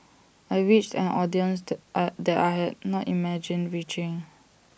I reached an audience that I had not imagined reaching